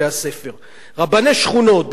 במקום להילחם בגזענות,